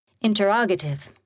Interrogative